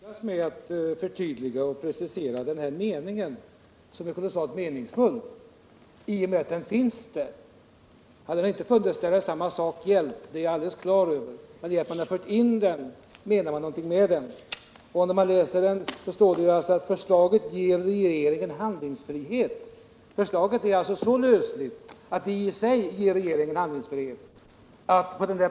Herr talman! Jag vet inte hur man skall lyckas med att förtydliga den här meningen som är kolossalt meningsfull i och med att den finns 69 där. Om meningen inte funnits hade visserligen samma sak gällt — det är jag klar över. Men för man in meningen måste man ha en avsikt med den. Man säger att förslaget ger regeringen handlingsfrihet.